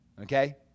Okay